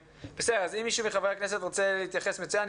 אם מישהו מחברי הכנסת רוצה להתייחס מצוין,